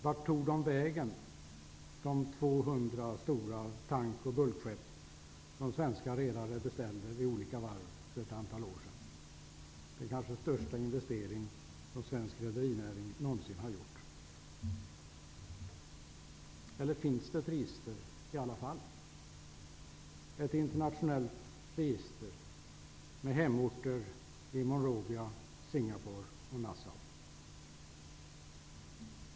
Vart tog de vägen, de 200 stora tank och bulkskepp som svenska redare beställde vid olika varv för ett antal år sedan? Det är kanske den största investering som svensk rederinäring någonsin har gjort. Eller finns det ett register i alla fall, ett internationellt register med hemorter i Monrovia, Singapore och Nassau?